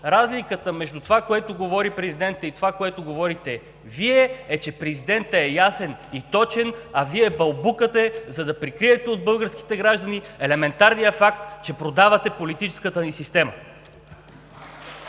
разликата между това, което говори президентът, и онова, което говорите Вие, е, че президентът е ясен и точен, а Вие бълбукате, за да прикриете от българските граждани елементарния факт, че продавате политическата ни система!